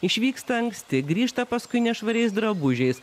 išvyksta anksti grįžta paskui nešvariais drabužiais